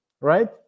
right